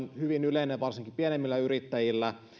hyvin yleinen varsinkin pienemmillä yrittäjillä